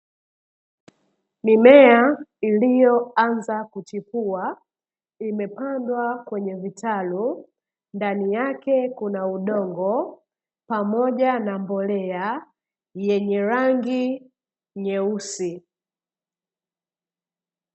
Mimea iliyoanza kuchipua, imepandwa kwenye vitalu, ndani yake kuna udongo pamoja na mbolea yenye rangi nyeusi.